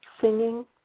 singing